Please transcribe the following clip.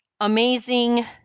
amazing